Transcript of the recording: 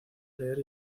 leer